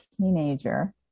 teenager